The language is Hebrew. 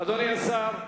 אדוני השר,